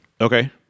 Okay